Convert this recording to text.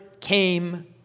came